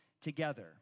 together